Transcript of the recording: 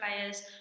players